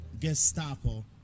Gestapo